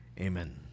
Amen